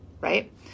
Right